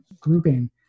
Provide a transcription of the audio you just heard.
grouping